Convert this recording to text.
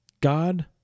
God